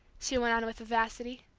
she went on with vivacity.